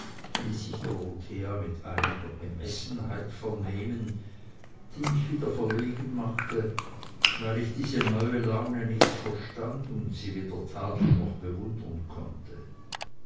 dorothea mit einiger gemessenheit vernehmen die mich wieder verlegen machte weil ich diese neue laune nicht verstand und sie weder tadeln noch bewundern konnte